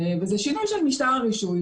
זה שינוי של משטר הרישוי,